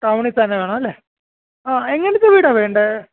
ടൗണിത്തന്നെ വേണം അല്ലേ ആ എങ്ങനത്തെ വീടാണ് വേണ്ടത്